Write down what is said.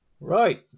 Right